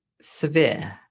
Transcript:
severe